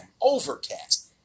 Overcast